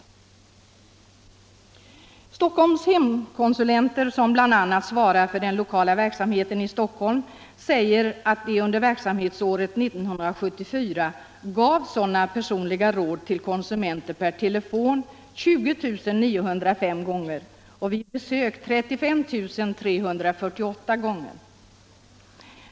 Marknadsförings Mearknadsförings Stockholms hemkonsulenter, som bl.a. svarar för den lokala verksamheten i Stockholm, säger att de under verksamhetsåret 1974 gav sådana personliga råd till konsumenter per telefon 20 905 gånger och vid besök 35 348 gånger.